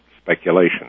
speculation